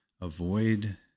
avoid